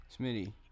Smitty